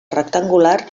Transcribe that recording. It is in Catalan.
rectangular